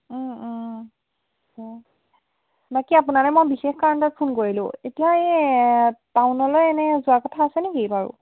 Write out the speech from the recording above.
বাকী আপোনালে মই বিশেষ কাৰণতে ফোন কৰিলোঁ এতিয়া এই টাউনলৈ এনেই যোৱাৰ কথা আছে নেকি বাৰু